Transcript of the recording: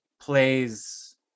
plays